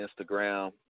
Instagram